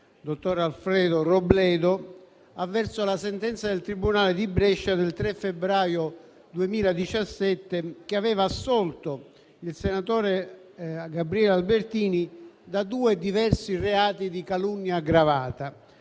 dottor Alfredo Robledo, avverso la sentenza del tribunale di Brescia del 3 febbraio 2017, che aveva assolto il senatore Gabriele Albertini da due diversi reati di calunnia aggravata.